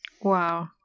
Wow